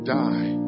die